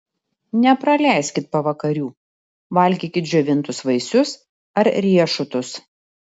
nepraleiskit pavakarių valgykit džiovintus vaisius ar riešutus